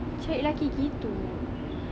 cari lelaki gitu